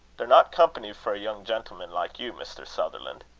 they're not company for a young gentleman like you, mr. sutherland.